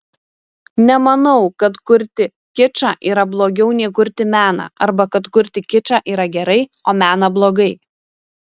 nemanau kad kurti kičą yra blogiau nei kurti meną arba kad kurti kičą yra gerai o meną blogai